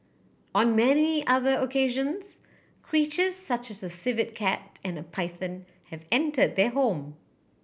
on many other occasions creature such as a civet cat and a python have entered their home